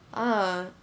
ah